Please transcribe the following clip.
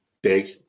Big